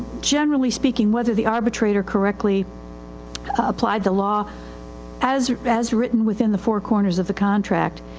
generally speaking whether the arbitrator correctly applied the law as, as written within the four corners of the contract.